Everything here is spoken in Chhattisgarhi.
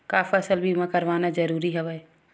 का फसल बीमा करवाना ज़रूरी हवय?